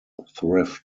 thrift